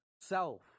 self